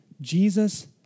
Jesus